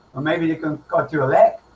but maybe you can cut your leg